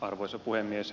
arvoisa puhemies